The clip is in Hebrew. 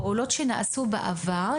פעולות שנעשו בעבר,